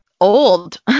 old